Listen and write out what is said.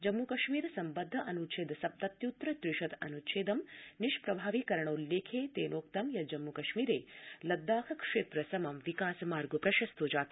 जम्मू कश्मीर सम्बद्ध अनुच्छेद सप्तत्युत्तर त्रिशत् अनुच्छेदं निष्प्रभाविकरणोल्लेखे तेनोक्तं यत् जम्मूकश्मीरे लद्दाख क्षेत्र समं विकास मार्ग प्रशस्तो जात